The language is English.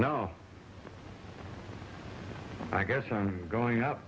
no i guess i'm going up